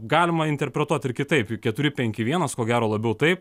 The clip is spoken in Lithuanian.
galima interpretuoti ir kitaip keturi penki vienas ko gero labiau taip